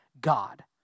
God